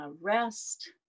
rest